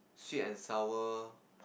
sweet and sour